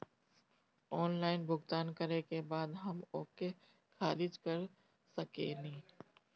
Online भुगतान करे के बाद हम ओके खारिज कर सकेनि?